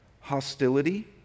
hostility